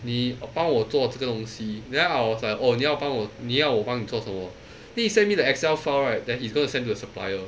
你帮我做这个东西 then I was like orh 你要帮我你要我帮你做什么 then he send me the excel file right that he is going to send to the supplier